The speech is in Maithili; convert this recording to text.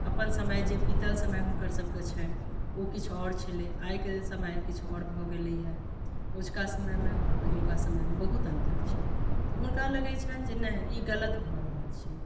अपन समय जे बीतल समय हुनकर सबके छनि ओ किछु आओर छलै आइके समय किछु आओर भऽ गेलैया अजुका समयमे आओर पहिलुका समयमे बहुत अन्तर छै तऽ हुनका लगैत छनि नहि ई गलत भऽ रहल छै